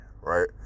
right